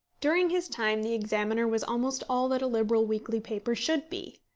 during his time the examiner was almost all that a liberal weekly paper should be.